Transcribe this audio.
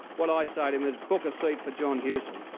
what i say to him is book a seat for john hewson,